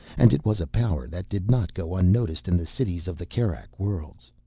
and it was a power that did not go unnoticed in the cities of the kerak worlds.